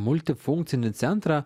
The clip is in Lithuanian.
multifunkcinį centrą